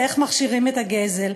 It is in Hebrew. ואיך מכשירים את הגזל.